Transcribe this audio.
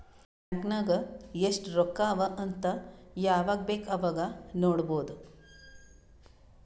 bank ನಾಗ್ ಎಸ್ಟ್ ರೊಕ್ಕಾ ಅವಾ ಅಂತ್ ಯವಾಗ ಬೇಕ್ ಅವಾಗ ನೋಡಬೋದ್